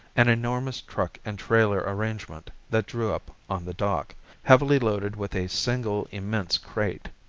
an enormous truck and trailer arrangement that drew up on the dock heavily loaded with a single immense crate.